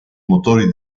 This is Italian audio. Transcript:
motori